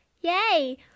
Yay